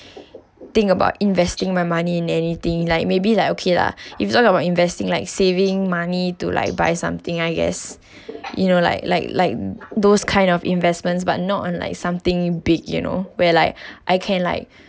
think about investing my money in anything like maybe like okay lah if you talking about investing like saving money to like buy something I guess you know like like like those kind of investments but not unlike something big you know where like I can like